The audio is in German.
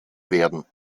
werden